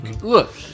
look